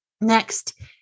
Next